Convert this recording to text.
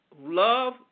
Love